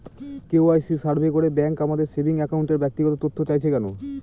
KYC survey করে bank আমাদের saving অ্যাকাউন্টের ব্যক্তিগত তথ্য চাইছে কেন?